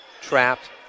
trapped